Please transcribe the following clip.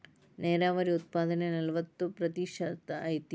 ನೇರಾವರಿ ಉತ್ಪಾದನೆ ನಲವತ್ತ ಪ್ರತಿಶತಾ ಐತಿ